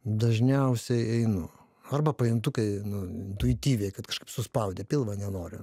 dažniausiai einu arba pajuntu kai nu intuityviai kad kažkaip suspaudė pilvą nenoriu